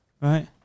Right